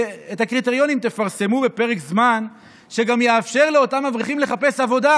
ואת הקריטריונים תפרסמו בפרק זמן שגם יאפשר לאותם אברכים לחפש עבודה.